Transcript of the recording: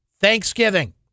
Thanksgiving